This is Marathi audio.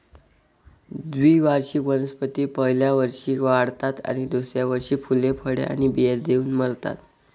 द्विवार्षिक वनस्पती पहिल्या वर्षी वाढतात आणि दुसऱ्या वर्षी फुले, फळे आणि बिया देऊन मरतात